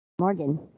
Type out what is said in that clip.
Morgan